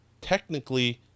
technically